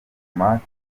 diplomate